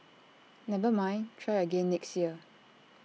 never mind try again next year